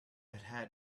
had